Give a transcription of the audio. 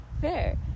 Fair